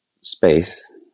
space